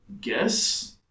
guess